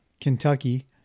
Kentucky